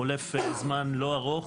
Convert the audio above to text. חולף זמן לא ארוך,